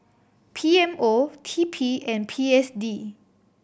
P M O T P and P S D